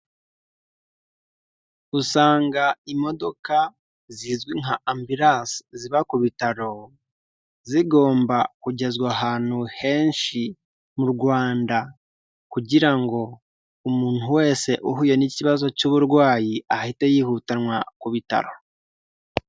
Usanga imodoka zizwi nka ambilansi ziba ku bitaro zigomba kugezwa ahantu henshi mu Rwanda kugira ngo umuntu wese uhuye n'ikibazo cy'uburwayi ahite yihutanwa ku bitaro.